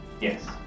Yes